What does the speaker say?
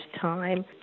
time